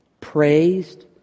praised